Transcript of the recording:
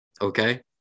Okay